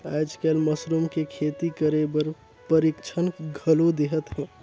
आयज कायल मसरूम के खेती करे बर परिक्छन घलो देहत हे